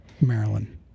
Maryland